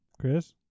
Chris